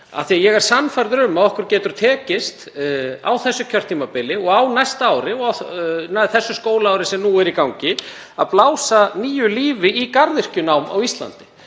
þess. Ég er sannfærður um að okkur getur tekist, á þessu kjörtímabili, á næsta ári og á því skólaári sem nú stendur yfir, að blása nýju lífi í garðyrkjunám á Íslandi.